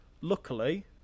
Luckily